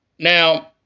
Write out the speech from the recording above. Now